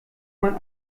man